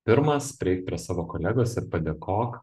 pirmas prieik prie savo kolegos ir padėkok